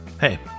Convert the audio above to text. Hey